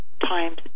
times